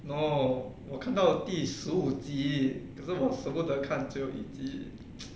no 我看到第十五集可是我舍不得看最后一集